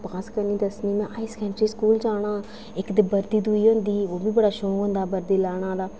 पास करनी दसमीं मैं हाई सकैंडरी स्कूल जाना इक ते बर्दी दूई होंदी ही ओह् बी बड़ा शौक होंदा हा बर्दी लाने आहला